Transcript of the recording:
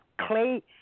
Clay